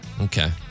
Okay